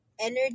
energy